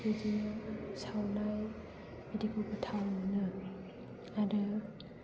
बिदिनो सावनाय बिदिखौ गोथाव मोनो आरो